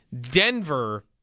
Denver